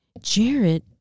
Jared